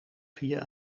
via